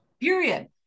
Period